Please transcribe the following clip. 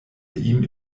ihm